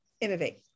Innovate